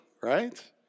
right